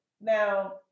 Now